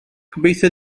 gobeithio